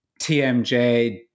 TMJ